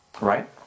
right